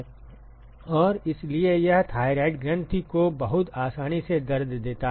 और इसलिए यह थायरॉयड ग्रंथि को बहुत आसानी से दर्द देता है